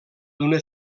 d’una